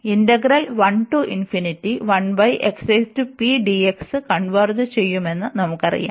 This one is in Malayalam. ഇന്റഗ്രൽ കൺവെർജ് ചെയ്യുമെന്നു നമുക്കറിയാം